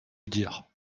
dire